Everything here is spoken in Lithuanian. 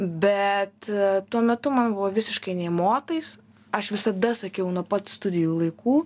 bet tuo metu man buvo visiškai nė motais aš visada sakiau nuo pat studijų laikų